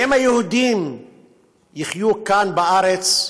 אם היהודים יחיו כאן, בארץ,